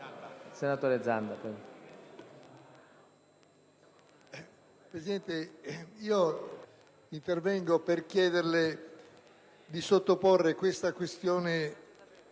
Presidente, intervengo per chiederle di sottoporre la questione